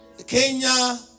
Kenya